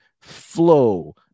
flow